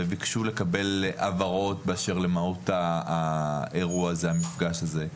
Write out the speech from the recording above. וביקשו לקבל הבהרות בקשר למהות המפגש הזה.